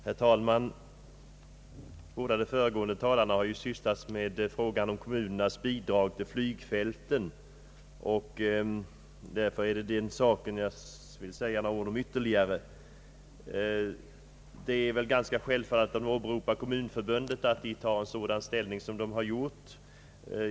Herr talman! Båda de föregående talarna har talat om frågan om kommunernas bidrag till flygfälten, och därför vill jag säga ytterligare några ord om den saken. När man åberopar Kommunförbundet är det ganska självfallet att förbundet intagit en sådan ställning som det har gjort.